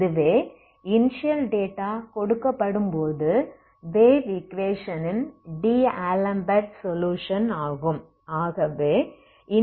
இதுவே initial data கொடுக்கப்படும்போது wave ஈக்வேஷனின் டி ஆலம்பெர்ட் சொலுயுஷன் ஆகும்